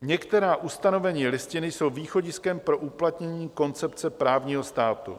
Některá ustanovení Listiny jsou východiskem pro uplatnění koncepce právního státu.